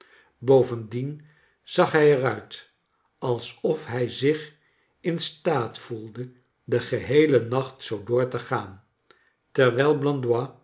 bovendien zag hij er uit als of hij zich in staat voeide den geheelen nacht zoo door te gaan terwijl